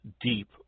deep